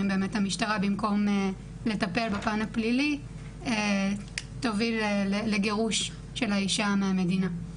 המשטרה במקום לטפל בפן הפלילי תוביל לגירוש של האישה מהמדינה.